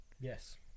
yes